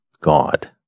God